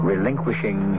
Relinquishing